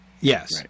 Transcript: Yes